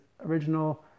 original